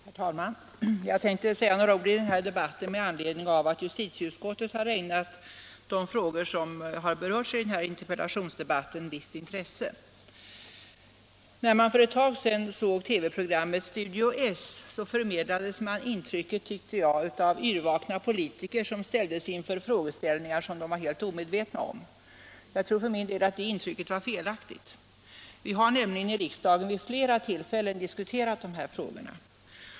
Herr talman! Jag tänkte säga några ord här med anledning av att justitieutskottet har ägnat de frågor som berörts i denna interpellationsdebatt ett visst intresse. När man för en tid sedan såg TV-programmet Studio S, förmedlades intrycket, tycker jag, av yrvakna politiker som ställdes inför frågeställningar som de var helt omedvetna om. Jag tror för min del att det intrycket var felaktigt. Vi har nämligen i riksdagen vid flera tillfällen diskuterat dessa frågor.